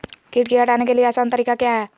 किट की हटाने के ली आसान तरीका क्या है?